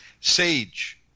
sage